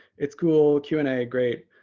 it's cool. q and a. great.